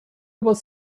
was